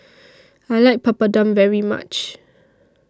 I like Papadum very much